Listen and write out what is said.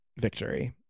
victory